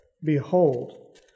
Behold